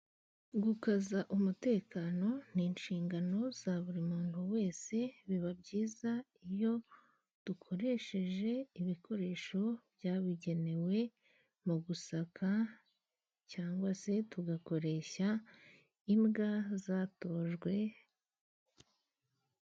Gukaza umutekano ni inshingano za buri muntu wese. Biba byiza iyo dukoresheje ibikoresho byabugenewe mu gusaka cyangwa se tugakoresha imbwa zatojwe.